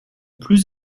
plus